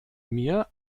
mir